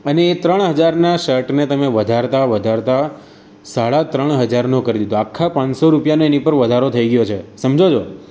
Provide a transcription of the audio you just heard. અને એ ત્રણ હજારના શર્ટને તમે વધારતા વધારતા સાડા ત્રણ હજારનો કરી દીધો આખા પાંસો રૂપિયાનો એની પર વધારો થઈ ગયો છે સમજો છો